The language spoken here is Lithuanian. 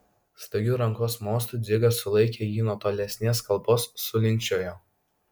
staigiu rankos mostu dzigas sulaikė jį nuo tolesnės kalbos sulinkčiojo